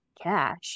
cash